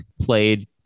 played